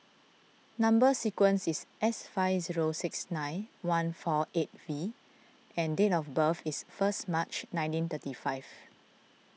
Number Sequence is S five zero six nine one four eight V and date of birth is first March nineteen thirty five